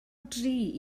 dri